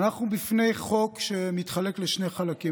אנחנו בפני חוק שמתחלק לשני חלקים.